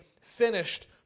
finished